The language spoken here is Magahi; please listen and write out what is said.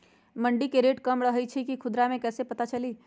मंडी मे रेट कम रही छई कि खुदरा मे कैसे पता चली?